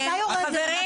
אתה יורד לרמה